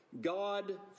God